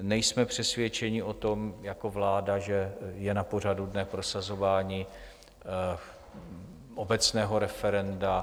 Nejsme přesvědčeni o tom jako vláda, že je na pořadu dne prosazování obecného referenda.